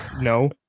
no